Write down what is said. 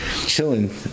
Chilling